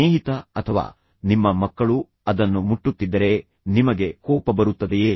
ಸ್ನೇಹಿತ ಅಥವಾ ನಿಮ್ಮ ಮಕ್ಕಳು ಅದನ್ನು ಮುಟ್ಟುತ್ತಿದ್ದರೆ ನಿಮಗೆ ಕೋಪ ಬರುತ್ತದೆಯೇ